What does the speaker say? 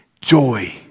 joy